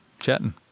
chatting